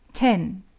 ten.